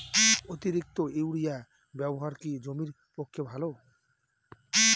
অতিরিক্ত ইউরিয়া ব্যবহার কি জমির পক্ষে ভালো?